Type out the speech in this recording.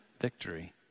victory